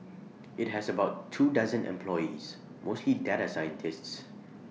IT has about two dozen employees mostly data scientists